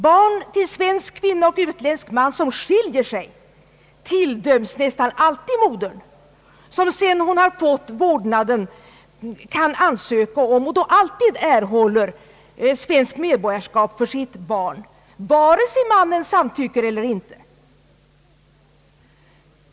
Barn till svensk kvinna och utländsk man, som skiljer sig, tilldöms nästan alltid modern. Sedan hon fått vårdnaden kan hon ansöka om och erhåller då alltid svenskt medborgarskap för sitt barn, vare sig mannen samtycker eller inte.